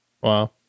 Wow